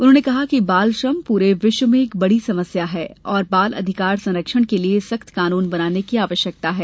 उन्होंने कहा कि बाल श्रम पूरे विश्व में एक बड़ी समस्या है और बाल अधिकार संरक्षण के लिये सख्त कानून बनाने की आवश्यकता है